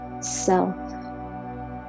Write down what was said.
self